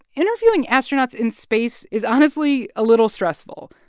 interviewing astronauts in space is honestly a little stressful.